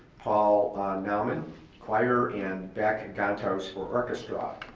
paul nowman choir and back and gong-tos for orchestra.